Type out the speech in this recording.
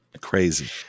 crazy